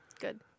Good